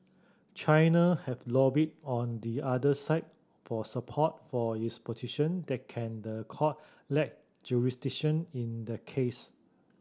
China have lobbied on the other side for support for its position that can the court lack jurisdiction in the case